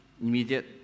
immediate